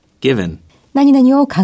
Given